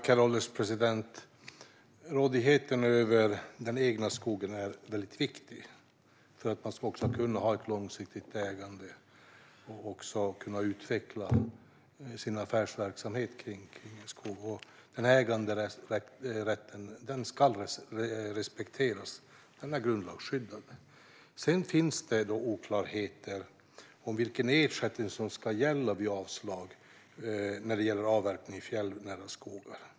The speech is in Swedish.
Herr ålderspresident! Rådigheten över den egna skogen är väldigt viktig för att man ska kunna ha ett långsiktigt ägande och också kunna utveckla sin affärsverksamhet kring skogen. Den äganderätten ska respekteras och är grundlagsskyddad. Sedan finns det oklarheter om vilken ersättning som ska gälla vid avslag när det gäller avverkning i fjällnära skogar.